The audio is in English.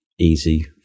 easy